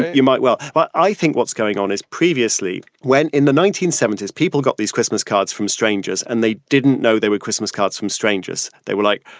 you might well, but i think what's going on is previously when in the nineteen seventy s people got these christmas cards from strangers and they didn't know they were christmas cards from strangers. they were like,